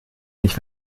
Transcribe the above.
nicht